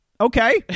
okay